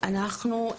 קודם כל,